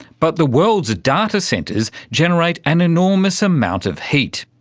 but the world's data centres generate an enormous amount of heat,